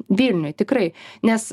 vilniuj tikrai nes